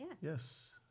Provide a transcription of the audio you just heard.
Yes